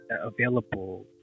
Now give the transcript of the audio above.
available